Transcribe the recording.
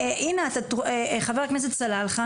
חבר הכנסת סלאלחה,